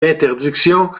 l’interdiction